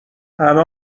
همه